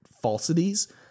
falsities